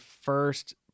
first